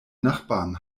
nachbarn